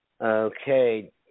Okay